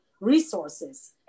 resources